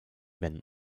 wenn